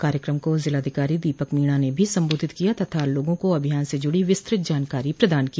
कार्यक्रम को जिलाधिकारी दीपक मीणा ने भी सम्बोधित किया तथा लोगों को अभियान से जुड़ी विस्तृत जानकारी प्रदान की